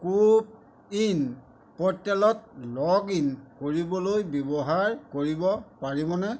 কো win প'ৰ্টেলত log in কৰিবলৈ ব্যৱহাৰ কৰিব পাৰিবনে